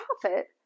profit